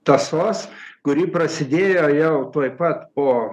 tąsos kuri prasidėjo jau tuoj pat po